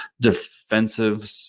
defensive